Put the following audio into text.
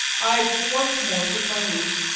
i once more take my leave.